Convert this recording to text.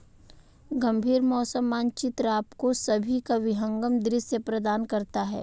गंभीर मौसम मानचित्र आपको सभी का विहंगम दृश्य प्रदान करता है